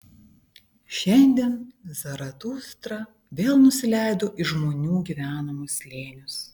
šiandien zaratustra vėl nusileido į žmonių gyvenamus slėnius